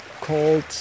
called